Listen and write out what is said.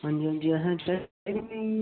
हां जी